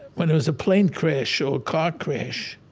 when there was a plane crash or a car crash